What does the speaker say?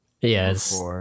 Yes